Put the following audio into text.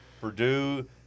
Purdue